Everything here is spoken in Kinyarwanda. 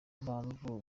mpamvu